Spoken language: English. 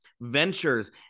ventures